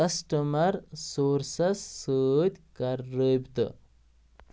customer sources سۭتۍ کَر رٲبِطہٕ